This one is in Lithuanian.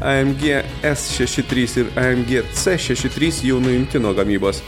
a em gie es šeši trys ir a em gie šeši trys jau nuimti nuo gamybos